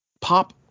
Pop